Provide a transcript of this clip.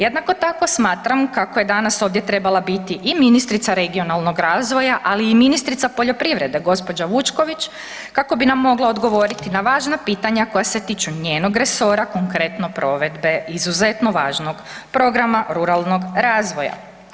Jednako tako, smatram kako je danas ovdje trebala biti i ministrica regionalnog razvoja, ali i ministrica poljoprivrede, gđa. Vučković kako bi nam mogla odgovoriti na važna pitanja koja se tiču njenog resora, konkretno provedbe izuzetno važnog Programa ruralnog razloga.